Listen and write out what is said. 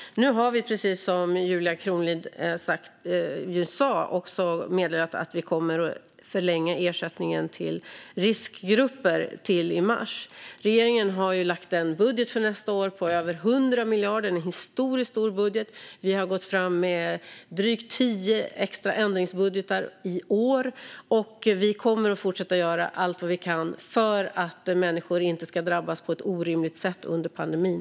Nu har vi, precis som Julia Kronlid sa, meddelat att vi kommer att förlänga ersättningen till riskgrupper till i mars. Regeringen har ju lagt fram en budget för nästa år på över 100 miljarder, en historiskt stor budget. Vi har gått fram med drygt tio extra ändringsbudgetar i år. Och vi kommer att fortsätta göra allt vad vi kan för att människor inte ska drabbas på ett orimligt sätt under pandemin.